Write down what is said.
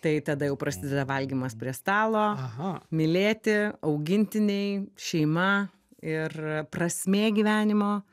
tai tada jau prasideda valgymas prie stalo mylėti augintiniai šeima ir prasmė gyvenimo